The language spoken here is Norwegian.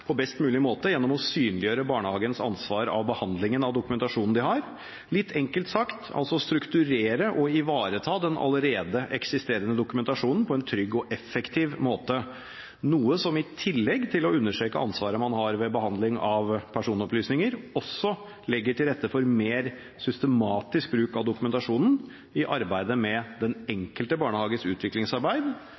på best mulig måte gjennom å synliggjøre barnehagens ansvar for behandlingen av dokumentasjonen. Litt enkelt sagt handler det om å strukturere og ivareta den allerede eksisterende dokumentasjonen på en trygg og effektiv måte, noe som i tillegg til å understreke ansvaret man har ved behandling av personopplysninger, også legger til rette for mer systematisk bruk av dokumentasjonen i arbeidet med den enkelte barnehages utviklingsarbeid